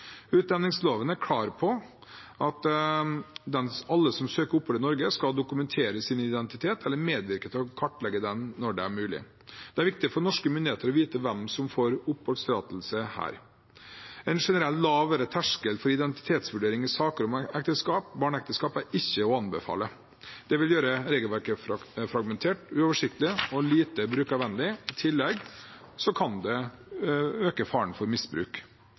er klar på at alle som søker opphold i Norge, skal dokumentere sin identitet eller medvirke til å kartlegge den når det er mulig. Det er viktig for norske myndigheter å vite hvem som får oppholdstillatelse her. En generelt lavere terskel for identitetsvurdering i saker om barneekteskap er ikke å anbefale, det vil gjøre regelverket fragmentert, uoversiktlig og lite brukervennlig. I tillegg kan det øke faren for misbruk.